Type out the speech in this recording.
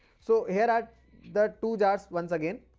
so here are the two jars once again.